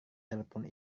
telepon